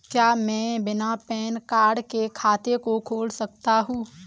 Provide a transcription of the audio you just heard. क्या मैं बिना पैन कार्ड के खाते को खोल सकता हूँ?